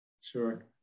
sure